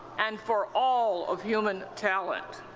and for all of human talent.